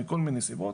מכל מיני סיבות,